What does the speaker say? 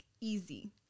easy